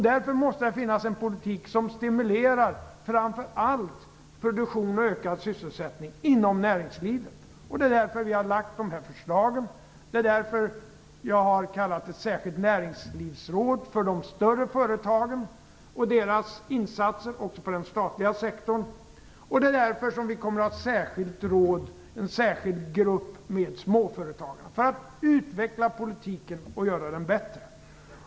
Därför måste det föras en politik som stimulerar framför allt produktion och ökad sysselsättning inom näringslivet. Det är därför som vi lägger fram de här förslagen. Det är därför som jag har kallat ett särskilt näringslivsråd för de större företagen och deras insatser också inom den statliga sektorn. Det är också därför som vi kommer att ha en särskild grupp med småföretagarna. Vi vill utveckla politiken och göra den bättre.